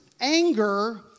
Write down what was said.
Anger